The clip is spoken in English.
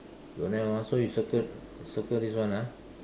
don't have ah so you circle circle this one ah